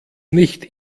nicht